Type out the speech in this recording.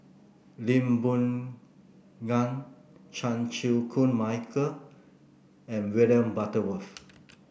Lee Boon Ngan Chan Chew Koon Michael and William Butterworth